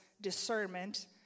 discernment